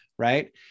right